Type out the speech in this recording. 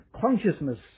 consciousness